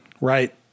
right